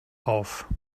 auf